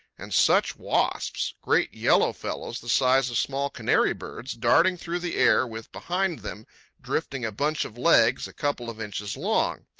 and such wasps! great yellow fellows the size of small canary birds, darting through the air with behind them drifting a bunch of legs a couple of inches long.